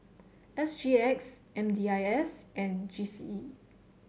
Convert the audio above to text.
S G X M D I S and G C E